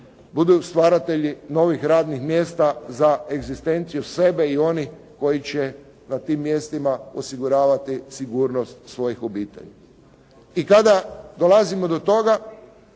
budu stvaratelji novih radnih mjesta za egzistenciju sebe i onih koji će na tim mjestima osiguravati sigurnost svojih obitelji. I kada dolazimo do toga